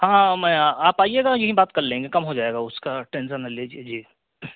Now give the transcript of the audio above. ہاں میں آپ آئیے گا یہی بات کر لیں گے کم ہو جائے گا اس کا ٹینشن نہ لیجیے جی